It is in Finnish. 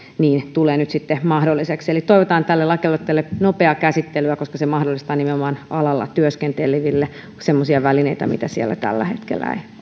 tulee nyt sitten mahdolliseksi eli toivotaan tälle lakialoitteelle nopeaa käsittelyä koska se mahdollistaa nimenomaan alalla työskenteleville semmoisia välineitä mitä siellä tällä hetkellä ei